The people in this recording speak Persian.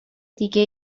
دیگه